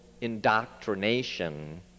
indoctrination